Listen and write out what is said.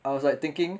I was like thinking